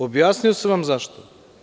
Objasnio sam vam zašto.